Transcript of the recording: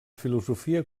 filosofia